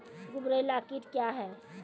गुबरैला कीट क्या हैं?